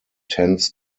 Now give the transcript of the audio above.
tends